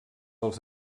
els